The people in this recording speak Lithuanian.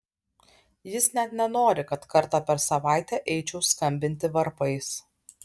jis net nenori kad kartą per savaitę eičiau skambinti varpais